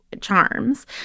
charms